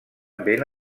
ben